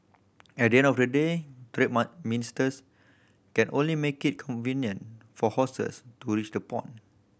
at the end of the day trade ministers can only make it convenient for horses to reach the pond